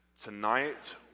Tonight